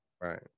Right